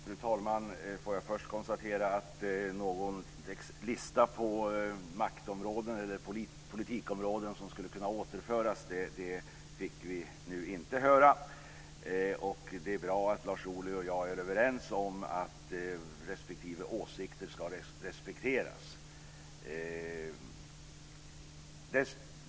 Fru talman! Får jag först konstatera att vi inte fick någon lista på maktområden eller politikområden som skulle kunna återföras. Det är bra att Lars Ohly och jag är överens om att respektive åsikter ska respekteras.